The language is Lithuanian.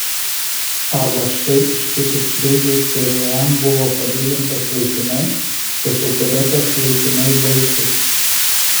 arba štai ištikus krizei pvm buvo padidintas laikinai tačiau kada tas laikinai baigsis